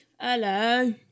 Hello